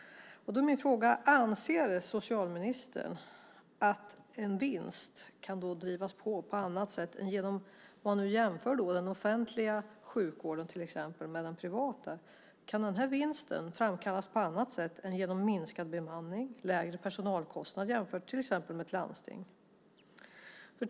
Då är min fråga, om man jämför den offentliga vården med den privata: Anser socialministern att en vinst kan framkallas på annat sätt än genom minskad bemanning och lägre personalkostnader jämfört med till exempel ett landsting?